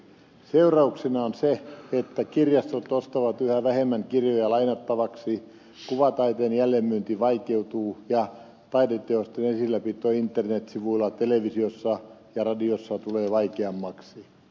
seurauksena on se että kirjastot ostavat yhä vähemmän kirjoja lainattavaksi kuvataiteen jälleenmyynti vaikeutuu ja taideteosten esilläpito internetsivuilla televisiossa ja radiossa tulee vaikeammaksi